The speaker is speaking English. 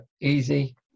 easy